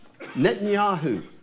netanyahu